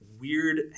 weird